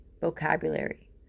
vocabulary